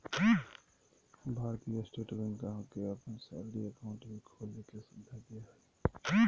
भारतीय state bank ग्राहक के अपन सैलरी अकाउंट भी खोले के सुविधा दे हइ